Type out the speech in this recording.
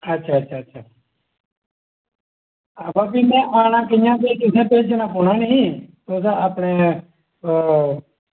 अच्छा अच्छा बा भी में आना कि'यां तुसें भेजना पौना निं तुस अपने ओह्